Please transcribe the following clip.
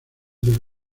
del